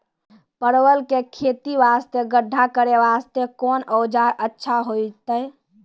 परवल के खेती वास्ते गड्ढा करे वास्ते कोंन औजार अच्छा होइतै?